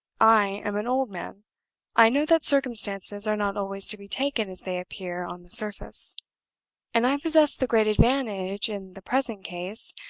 i am an old man i know that circumstances are not always to be taken as they appear on the surface and i possess the great advantage, in the present case,